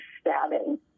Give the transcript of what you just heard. stabbing